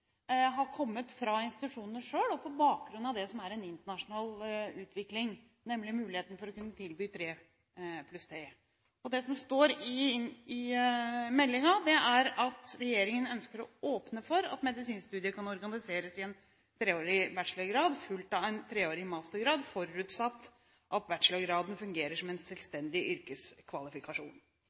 har kommet fra institusjonene selv og på bakgrunn av det som er en internasjonal utvikling, nemlig muligheten for å kunne tilby 3+3. Det som står i meldingen, er at regjeringen ønsker å åpne for at medisinstudiet kan organiseres i en treårig bachelorgrad fulgt at en treårig mastergrad, forutsatt at bachelorgraden fungerer som en selvstendig yrkeskvalifikasjon.